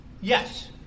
Yes